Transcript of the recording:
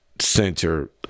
center